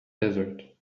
desert